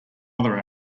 other